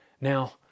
Now